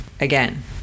again